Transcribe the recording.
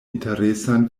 interesan